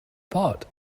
pot